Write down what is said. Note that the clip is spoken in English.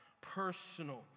personal